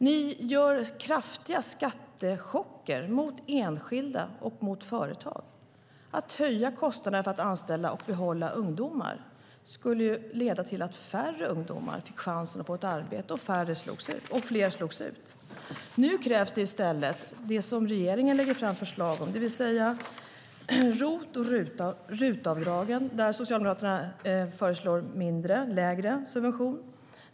Ni gör kraftiga skattechocker mot enskilda och mot företag. Att höja kostnaden för att anställa och behålla ungdomar skulle leda till att färre ungdomar fick chansen att få ett arbete och att fler slogs ut. Nu krävs det i stället det som regeringen lägger fram förslag om. Det är ROT och RUT-avdragen, där Socialdemokraterna föreslår lägre subvention.